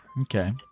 Okay